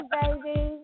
baby